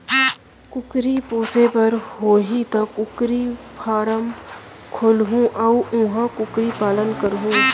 कुकरी पोसे बर होही त कुकरी फारम खोलहूं अउ उहॉं कुकरी पालन करहूँ